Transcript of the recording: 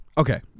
Okay